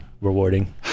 rewarding